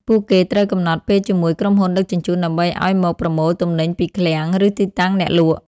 ពួកគេត្រូវកំណត់ពេលជាមួយក្រុមហ៊ុនដឹកជញ្ជូនដើម្បីឱ្យមកប្រមូលទំនិញពីឃ្លាំង ឬទីតាំងអ្នកលក់។